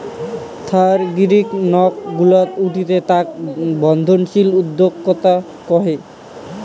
থারিগী নক গুলো উঠতি তাকে বর্ধনশীল উদ্যোক্তা কহে